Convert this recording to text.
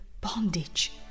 bondage